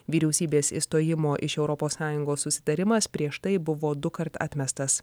vyriausybės išstojimo iš europos sąjungos susitarimas prieš tai buvo dukart atmestas